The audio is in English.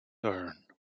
iron